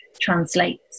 translates